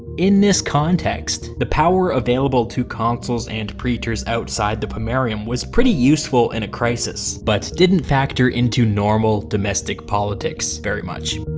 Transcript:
in this context, the power available to consuls and praetors outside the pomerium was pretty useful during and a crisis, but didn't factor into normal domestic politics very much.